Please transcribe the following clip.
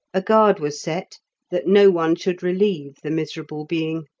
a guard was set that no one should relieve the miserable being.